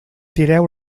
tireu